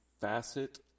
facet